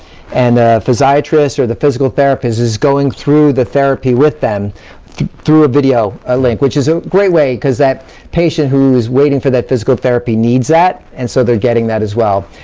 and the physiatrist, or the physical therapist, is going through the therapy with them through a video ah link, which is a great way. because that patient who is waiting for that physical therapy needs that, and so they're getting that as well.